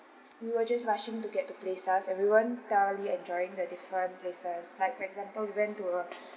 we were just rushing to get to places everyone thoroughly enjoying the different places like for example we went to a